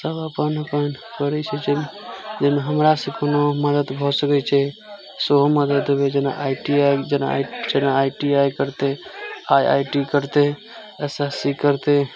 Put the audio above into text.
सब अपन अपन करै छै जे हमरा से कोनो मदद भऽ सकैत छै सेहो मदद देबै जेना आइ टी आइ जेना जेना आइ टी आइ करतै आइ आइ टी करतै एस एस सी करतै